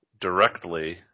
directly